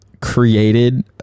created